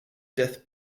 death